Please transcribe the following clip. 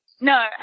No